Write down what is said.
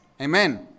Amen